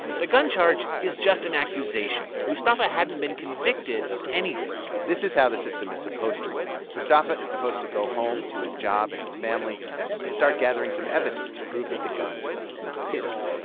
the gun charge is just an accusation. mustafa hadn't been convicted of anything this is how the system is supposed to work. mustafa is supposed to go home to his job and his family and start gathering some evidence to prove that the gun is not his.